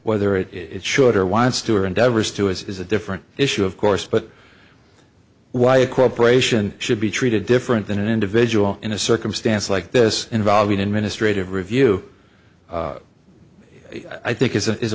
whether it it should or wants to or endeavors to is a different issue of course but why a corporation should be treated different than an individual in a circumstance like this involving administrative review i think is a is